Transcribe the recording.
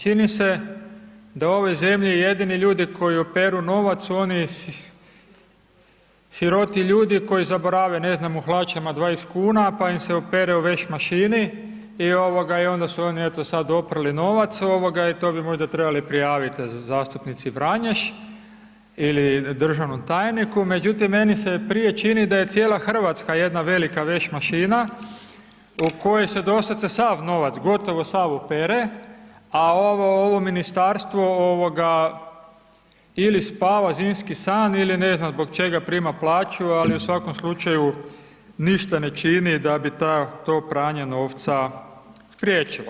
Čini se da u ovoj zemlji jedini ljudi koji operu novac su oni siroti ljudi koji zaborave, ne znam u hlačama 20 kuna, pa im se opere u veš mašini, i ovoga, i onda su oni eto sad oprali novac, ovoga, i to bi možda trebali prijavit zastupnici Vranješ ili državnom tajniku, međutim meni se prije čini da je cijela Hrvatska jedna velika veš mašina, u kojoj se doslovce sav novac, gotovo sav, opere, a ovo, ovo Ministarstvo ovoga, ili spava zimski san, ili ne znam zbog čega prima plaću, ali u svakom slučaju ništa ne čini da bi ta, to pranje novca spriječilo.